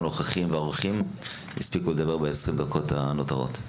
האורחים והנוכחים יספיקו לדבר ב-20 הדקות הנותרות.